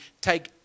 take